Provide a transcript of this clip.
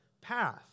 path